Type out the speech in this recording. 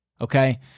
okay